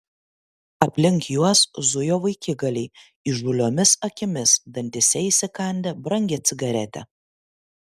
aplink juos zujo vaikigaliai įžūliomis akimis dantyse įsikandę brangią cigaretę